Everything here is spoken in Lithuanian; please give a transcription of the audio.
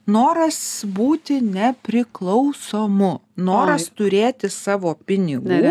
noras būti ne priklausomu noras turėti savo pinigų